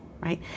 right